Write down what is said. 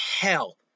hell